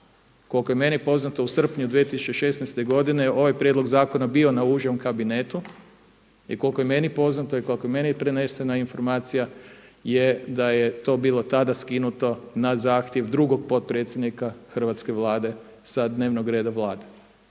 Koliko je meni poznato u srpnju 2016. godine ovaj prijedlog zakona je bio na užem kabinetu i koliko je meni poznato i koliko je meni prenesena informacija je da je to bilo tada skinuto na zahtjev drugog potpredsjednika hrvatske Vlade sa dnevnog reda Vlade